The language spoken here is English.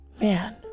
man